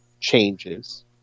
changes